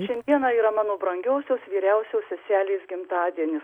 šiandiena yra mano brangiosios vyriausios seselės gimtadienis